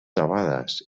debades